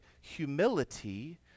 humility